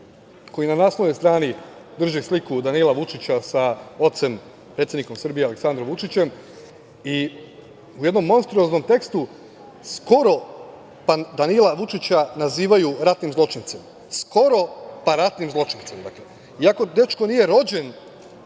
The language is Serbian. koji na naslovnoj strani drži sliku Danila Vučića sa ocem, predsednikom Srbije Aleksandrom Vučićem, i u jednom monstruoznom tekstu skoro da Danila Vučića nazivaju ratnim zločincem, iako dečko nije rođen